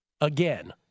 Again